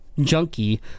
junkie